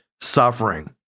suffering